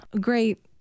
great